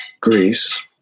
Greece